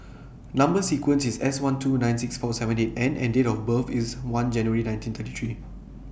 Number sequence IS S one two nine six four seven eight N and Date of birth IS one January nineteen thirty three